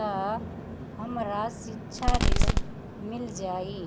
त हमरा शिक्षा ऋण मिल जाई?